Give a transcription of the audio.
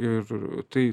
ir tai